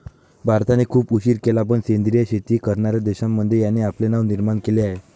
भारताने खूप उशीर केला पण सेंद्रिय शेती करणार्या देशांमध्ये याने आपले नाव निर्माण केले आहे